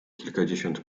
kilkadziesiąt